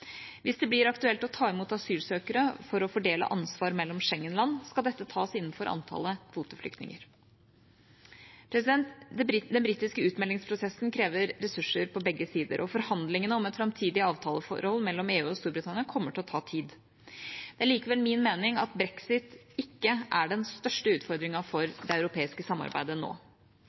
Hvis det blir aktuelt å ta imot asylsøkere for å fordele ansvar mellom Schengen-land, skal dette tas innenfor antallet kvoteflyktninger. Den britiske utmeldingsprosessen krever ressurser på begge sider, og forhandlingene om et framtidig avtaleforhold mellom EU og Storbritannia kommer til å ta tid. Det er likevel min mening at brexit ikke er den største utfordringen for det europeiske samarbeidet nå.